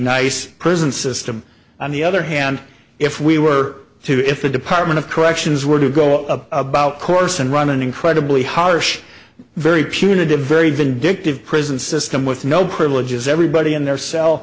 nice prison system on the other hand if we were to if the department of corrections were to go up about course and run an incredibly harsh very punitive very vindictive prison system with no privileges everybody on their cell